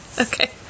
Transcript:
okay